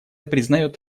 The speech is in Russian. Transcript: признает